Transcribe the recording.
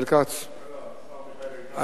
5218. חבר הכנסת אורי אריאל,